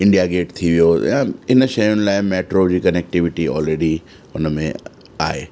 India gate थी वियो या इन शयुनि लाइ मैट्रो जी कनेक्टविटी ऑलरेडी उन में आहे